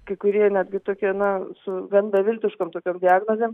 kai kurie netgi tokie na su gan beviltiškom tokiom diagnozėm